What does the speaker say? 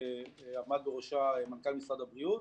שעמד בראשה מנכ"ל משרד הבריאות,